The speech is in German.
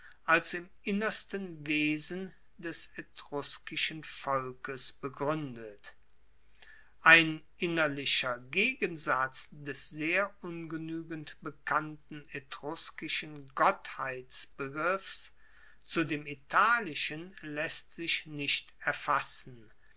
als im innersten wesen des etruskischen volkes begruendet ein innerlicher gegensatz des sehr ungenuegend bekannten etruskischen gottheitsbegriffs zu dem italischen laesst sich nicht erfassen